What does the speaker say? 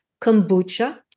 Kombucha